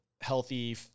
healthy